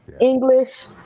English